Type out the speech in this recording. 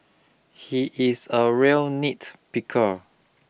he is a real nitpicker